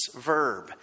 verb